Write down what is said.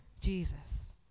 Jesus